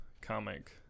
comic